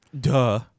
Duh